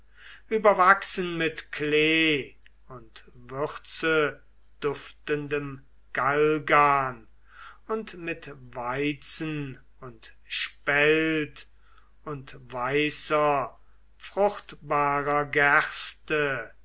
überwachsen mit klee und würzeduftendem galgan und mit weizen und spelt und weißer fruchtbarer gerste